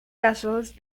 casos